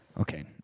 Okay